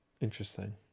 interesting